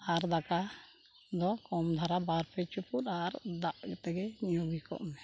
ᱟᱨ ᱫᱟᱠᱟ ᱫᱚ ᱠᱚᱢ ᱫᱷᱟᱨᱟ ᱵᱟᱨᱯᱮ ᱪᱩᱯᱩᱫ ᱟᱨ ᱫᱟᱜ ᱛᱮᱜᱮ ᱧᱩ ᱵᱤᱠᱚᱜ ᱢᱮ